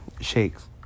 shakes